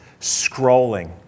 scrolling